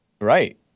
Right